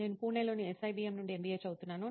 నేను పూణేలోని SIBM నుండి MBA చదువుతున్నాను